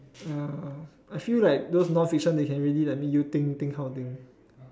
ya I feel like those non fiction can really make you you think how they